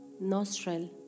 nostril